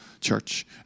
church